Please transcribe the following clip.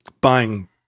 buying